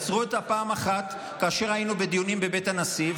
עצרו אותה פעם אחת כאשר היינו בדיונים בבית הנשיא,